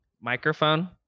microphone